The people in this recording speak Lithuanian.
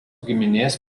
giminės